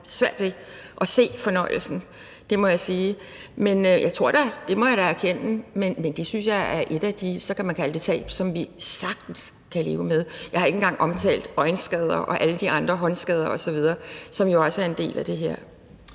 svært ved at se fornøjelsen i det, det må jeg sige. Dem må jeg da erkende ville falde bort, men det synes jeg er et af de tab, kan man så kalde det, som vi sagtens kan leve med. Og jeg har ikke engang omtalt øjenskader, håndskader og alle de andre skader, som jo også er en del af det her.